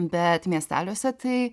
bet miesteliuose tai